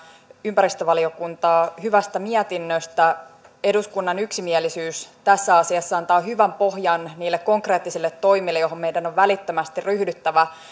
ympäristövaliokuntaa hyvästä mietinnöstä eduskunnan yksimielisyys tässä asiassa antaa hyvän pohjan niille konkreettisille toimille joihin meidän on välittömästi ryhdyttävä